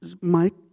Mike